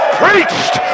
preached